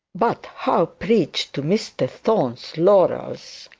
but how preach to mr thorne's laurels,